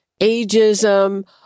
ageism